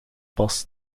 pas